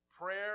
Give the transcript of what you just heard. Prayer